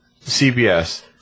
CBS